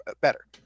better